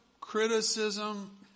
criticism